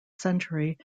century